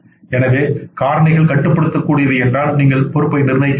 எனவே காரணிகள் கட்டுப்படுத்தக் கூடியவை என்றால் நீங்கள் பொறுப்பை நிர்ணயிக்க முடியும்